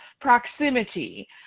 proximity